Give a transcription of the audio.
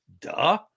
Duh